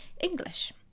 english